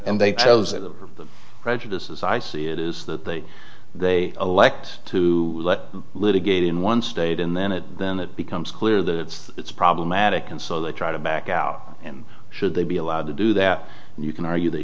and they close the prejudice as i see it is that they they elect to litigate in one state and then it then it becomes clear that it's problematic and so they try to back out and should they be allowed to do that and you can argue they